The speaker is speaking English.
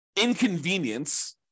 inconvenience